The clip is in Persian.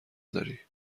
داری